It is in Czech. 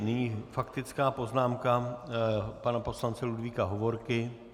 Nyní faktická poznámka pana poslance Ludvíka Hovorky.